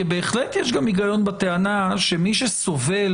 כי בהחלט יש גם היגיון בטענה שמי שסובל